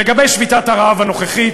לגבי שביתת הרעב הנוכחית,